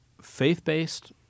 faith-based